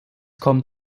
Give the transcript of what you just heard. kommt